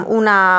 una